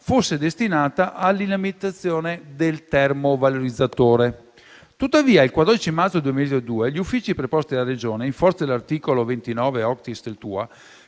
fosse destinata all'alimentazione del termovalorizzatore. Tuttavia, il 14 marzo 2022 gli uffici preposti della Regione, in forza dell'articolo 29-*octies* del TUA,